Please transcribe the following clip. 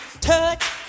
touch